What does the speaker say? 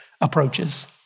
approaches